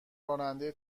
راننده